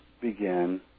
begin